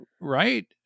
right